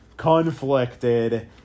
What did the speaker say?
Conflicted